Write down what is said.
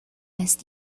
las